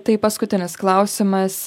tai paskutinis klausimas